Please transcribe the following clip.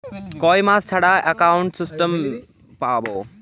কয় মাস ছাড়া একাউন্টে স্টেটমেন্ট পাব?